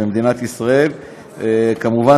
כמובן,